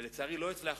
ולצערי לא הצלחנו,